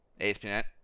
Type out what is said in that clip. ASP.NET